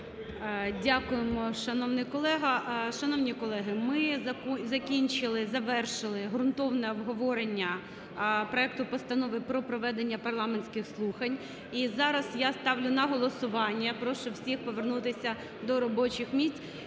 Дякуємо, шановний колего. Шановні колеги, ми закінчили, завершили ґрунтовне обговорення проекту Постанови про проведення парламентських слухань, і зараз я ставлю на голосування. Прошу всіх повернутися до робочих місць,